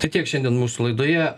tai kiek šiandien mūsų laidoje